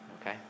Okay